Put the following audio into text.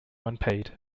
unpaid